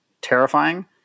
terrifying